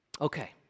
Okay